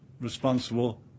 responsible